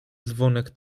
dzwonek